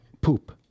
poop